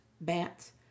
bats